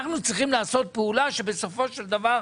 אנחנו צריכים לעשות פעולה כדי שבסופו של דבר,